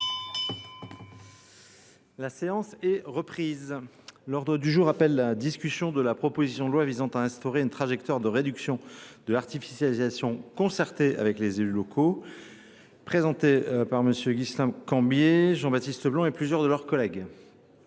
la demande du groupe Les Républicains, la discussion de la proposition de loi visant à instaurer une trajectoire de réduction de l’artificialisation concertée avec les élus locaux, présentée par MM. Guislain Cambier, Jean Baptiste Blanc et plusieurs de leurs collègues